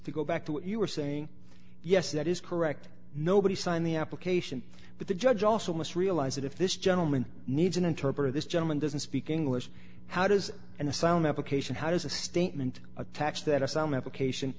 to go back to what you were saying yes that is correct nobody signed the application but the judge also must realize that if this gentleman needs an interpreter this gentleman doesn't speak english how does an asylum application how does a statement attacks that asylum application